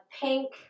pink